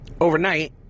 overnight